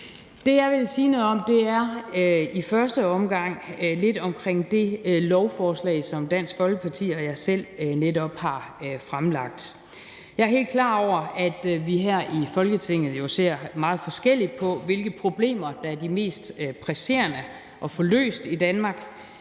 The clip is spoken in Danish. Det, jeg vil sige noget om, er i første omgang lidt omkring det lovforslag, som Dansk Folkeparti og jeg selv vil fremsætte. Jeg er helt klar over, at vi her i Folketinget ser meget forskelligt på, hvilke problemer der er de mest presserende at få løst i Danmark,